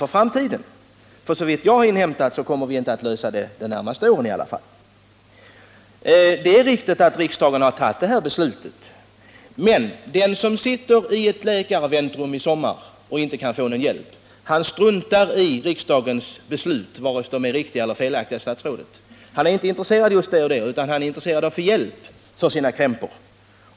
Såvitt jag har kunnat inhämta enligt den information jag fått kommer vi inte att kunna lösa problemen under de närmaste åren. Det är riktigt att riksdagen har fattat det här beslutet om nya skatteregler, men den som sitter i ett läkarväntrum i sommar och inte kan få någon hjälp, han struntar i riksdagens beslut vare sig de är riktiga eller felaktiga. Han är inte intresserad av den saken utan av att få hjälp för sina krämpor.